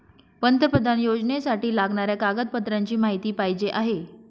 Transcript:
पंतप्रधान योजनेसाठी लागणाऱ्या कागदपत्रांची माहिती पाहिजे आहे